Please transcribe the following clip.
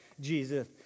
Jesus